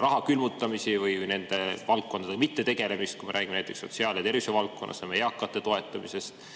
raha külmutamist või nende valdkondadega mittetegelemist, kui me räägime näiteks sotsiaal- ja tervishoiuvaldkonnast ning eakate toetamisest.